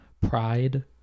pride